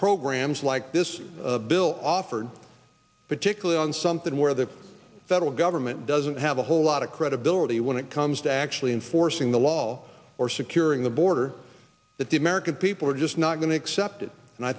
programs like this bill offered particularly on something where the federal government doesn't have a whole lot of credibility when it comes to actually enforcing the law or securing the border that the american people are just not going to accept it and i